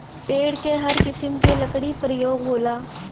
पेड़ क हर किसिम के लकड़ी परयोग होला